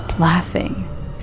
laughing